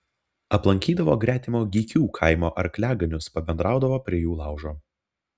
aplankydavo gretimo gykių kaimo arkliaganius pabendraudavo prie jų laužo